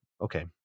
Okay